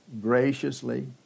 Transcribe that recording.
graciously